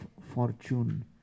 fortune